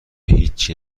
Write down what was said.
هیچی